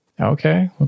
Okay